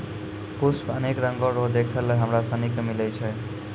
पुष्प अनेक रंगो रो देखै लै हमरा सनी के मिलै छै